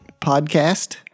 podcast